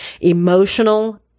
Emotional